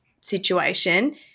situation